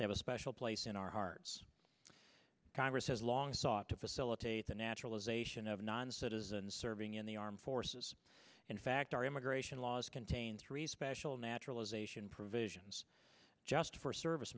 they have a special place in our hearts congress has long sought to facilitate the naturalization of non citizens serving in the armed forces in fact our immigration laws contains three special naturalization provisions just for service